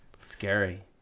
scary